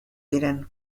diren